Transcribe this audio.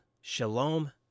shalom